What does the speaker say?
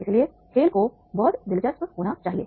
इसलिए खेल को बहुत दिलचस्प होना चाहिए